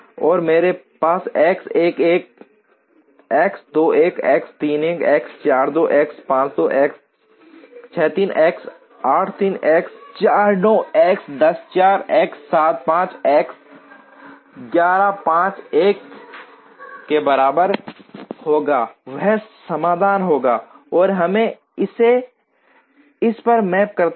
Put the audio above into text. और मेरे पास x 1 1 x 2 1 x 3 1 x 4 2 x 5 2 x 6 3 x 8 3 x 9 4 x 10 4 x 7 5 x 11 5 1 के बराबर होगा वह समाधान होगा और हम इसे इस पर मैप करते हैं